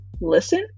listen